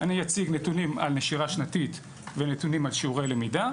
אני אציג נתונים על נשירה שנתית ונתונים על שיעורי למידה,